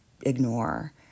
ignore